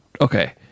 okay